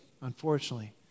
unfortunately